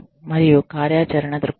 మరియు కార్యాచరణ దృక్పథం